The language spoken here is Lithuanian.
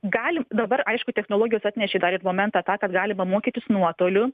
galim dabar aišku technologijos atnešė tą reglamentą kad galima mokytis nuotoliu